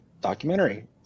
Documentary